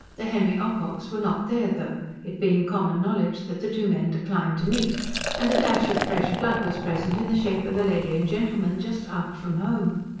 the henry ococks were not there though, it being common knowledge that the two men declined to meet and a dash of fresh blood was present in the shape of a lady and gentleman just out from home.